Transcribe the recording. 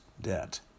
debt